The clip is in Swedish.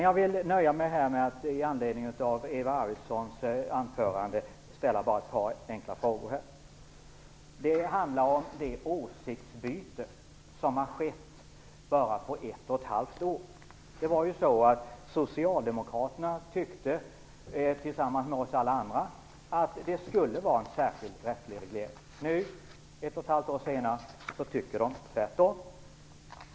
Jag nöjer mig här med att i anledning av Eva Arvidssons anförande ställa ett par enkla frågor. Det handlar om det åsiktsbyte som har skett på bara ett och ett halvt år. Socialdemokraterna tyckte tillsammans med oss alla andra att det skulle vara en särskild rättslig reglering. Nu ett och ett halvt år senare tycker de tvärtom.